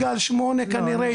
גל שמיני כנראה,